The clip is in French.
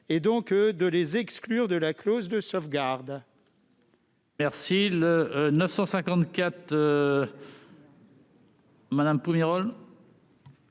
donc de les exclure de la clause de sauvegarde.